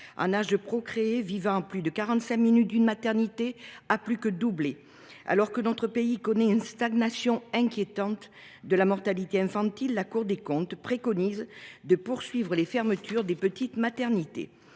en âge de procréer vivant à plus de quarante cinq minutes d’une maternité a plus que doublé. Alors que notre pays connaît une stagnation inquiétante de la mortalité infantile, la Cour des comptes préconise pourtant de poursuivre la fermeture des petites maternités.